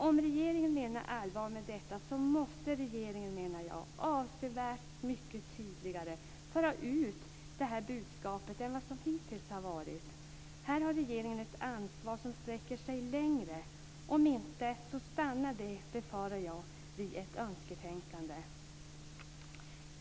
Om regeringen menar allvar med detta måste regeringen, menar jag, avsevärt mycket tydligare än hittills föra ut det här budskapet. Här har regeringen ett ansvar som sträcker sig längre. Om inte något sker stannar det, befarar jag, vid ett önsketänkande.